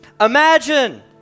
Imagine